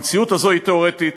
המציאות הזאת היא תיאורטית,